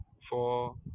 four